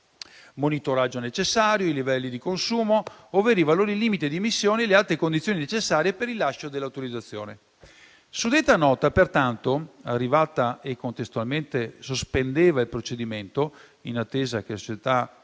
monitoraggio necessario, i livelli di consumo, ovvero i valori limite di emissione e le altre condizioni necessarie per il rilascio dell'autorizzazione. Arrivata suddetta nota, pertanto, si sospendeva contestualmente il procedimento, in attesa che la società